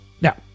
Now